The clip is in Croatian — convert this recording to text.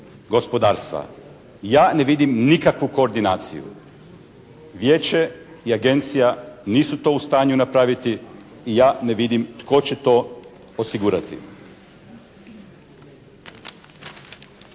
gospodarstva. Ja ne vidim nikakvu koordinaciju. Vijeće i agencija nisu to u stanju napraviti i ja ne vidim tko će to osigurati.